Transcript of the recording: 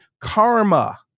karma